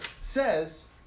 says